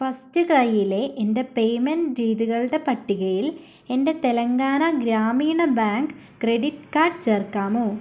first ക്രൈയിലെ എൻ്റെ payment രീതികളുടെ പട്ടികയിൽ എൻ്റെ Telangana Grameena bank credit card ചേർക്കാമോ